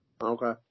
Okay